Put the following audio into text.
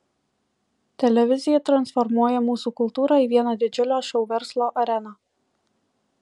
televizija transformuoja mūsų kultūrą į vieną didžiulę šou verslo areną